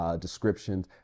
Descriptions